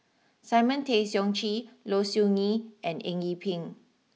Simon Tay Seong Chee Low Siew Nghee and Eng Yee Peng